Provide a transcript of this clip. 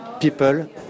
people